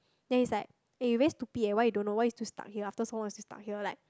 then he's like eh you very stupid eh why you don't know why you still stuck here after so long you still stuck here like